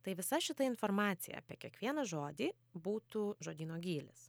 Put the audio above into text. tai visa šita informacija apie kiekvieną žodį būtų žodyno gylis